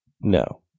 No